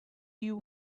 you